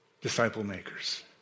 disciple-makers